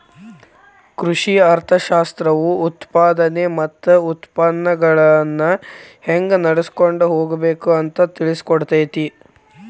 ಕೃಷಿ ಅರ್ಥಶಾಸ್ತ್ರವು ಉತ್ಪಾದನೆ ಮತ್ತ ಉತ್ಪನ್ನಗಳನ್ನಾ ಹೆಂಗ ನಡ್ಸಕೊಂಡ ಹೋಗಬೇಕು ಅಂತಾ ತಿಳ್ಸಿಕೊಡತೈತಿ